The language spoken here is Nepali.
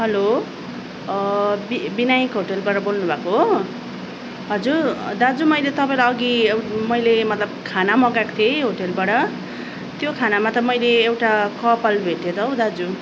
हेलो बि बिनायक होटेलबाट बोल्नु भएको हो हजुर दाजु मैले तपाईँलाई अघि मैले मतलब खाना मगाएको थिएँ होटेलबाट त्यो खानामा त मैले एउटा कपाल भेटेँ त हौ दाजु